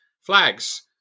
flags